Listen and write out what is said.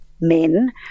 men